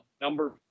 Number